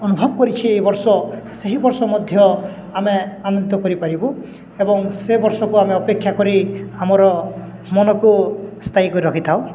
ଅନୁଭବ କରିଛି ଏ ବର୍ଷ ସେହି ବର୍ଷ ମଧ୍ୟ ଆମେ ଆନନ୍ଦିତ କରିପାରିବୁ ଏବଂ ସେ ବର୍ଷକୁ ଆମେ ଅପେକ୍ଷା କରି ଆମର ମନକୁ ସ୍ଥାୟୀ କରି ରଖିଥାଉ